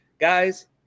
Guys